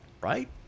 Right